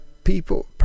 people